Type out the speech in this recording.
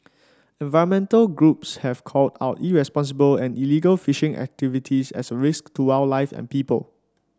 environmental groups have called out irresponsible and illegal fishing activities as a risk to wildlife and people